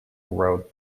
wrote